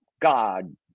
God